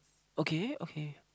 okay okay